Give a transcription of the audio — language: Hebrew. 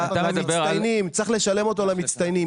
צריך לשלם אותו למצטיינים.